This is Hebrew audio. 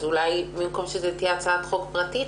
אולי במקום שזו תהיה הצעת חוק פרטית,